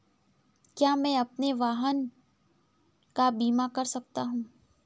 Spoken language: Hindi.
क्या मैं अपने वाहन का बीमा कर सकता हूँ?